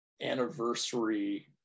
anniversary